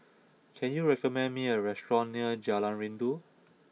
can you recommend me a restaurant near Jalan Rindu